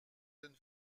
jeune